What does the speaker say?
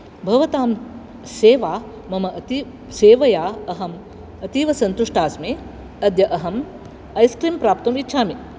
भवतां सेवा मम अती सेवया अहम् अतीव सन्तुष्टा अस्मि अद्य अहं ऐस्क्रीम् प्राप्तुम् इच्छामि